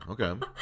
okay